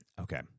Okay